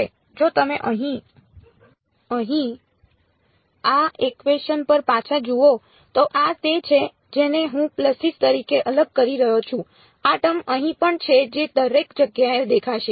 હવે જો તમે અહીં આ ઇકવેશન પર પાછા જુઓ તો આ તે છે જેને હું પલ્સીસ્ તરીકે અલગ કરી રહ્યો છું આ ટર્મ અહીં પણ છે જે દરેક જગ્યાએ દેખાશે